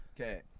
Okay